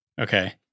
Okay